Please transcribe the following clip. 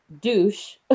douche